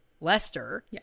Lester